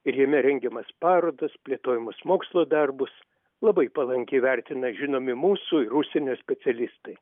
ir jame rengiamas parodas plėtojamus mokslo darbus labai palankiai vertina žinomi mūsų ir užsienio specialistai